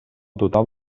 total